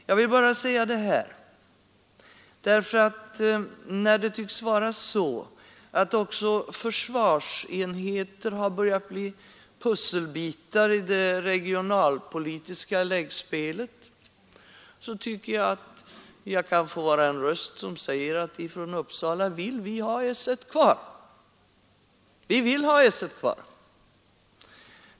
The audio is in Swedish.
Jag ville bara säga det här därför att när det tycks vara så att också försvarsenheter har börjat bli pusselbitar i det regionalpolitiska läggspelet, kan jag få vara en röst som säger att i Uppsala vill vi ha S 1 kvar.